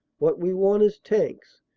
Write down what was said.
what we want is tanks,